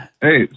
Hey